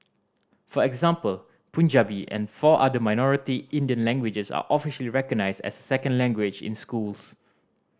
for example Punjabi and four other minority Indian languages are officially recognised as a second language in schools